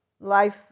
life